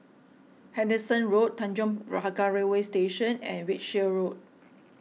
Henderson Road Tanjong Pagar Railway Station and Wiltshire Road